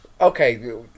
Okay